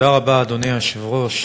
אדוני היושב-ראש,